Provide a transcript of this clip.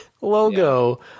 logo